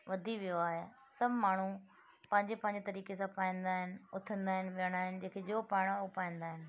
वधी वियो आहे सभु माण्हू पंहिंजे पंहिंजे तरीक़े सां पाईंदा आहिनि उथंदा आहिनि विहंदा आहिनि जेके जो पाइणो हू पाईंदा आहिनि